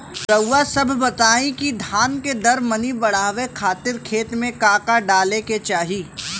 रउआ सभ बताई कि धान के दर मनी बड़ावे खातिर खेत में का का डाले के चाही?